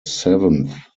seventh